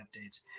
updates